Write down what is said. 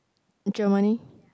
Germany